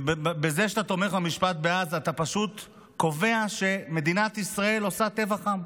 ובזה שאתה תומך במשפט בהאג אתה פשוט קובע שמדינת ישראל עושה טבח עם,